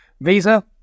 visa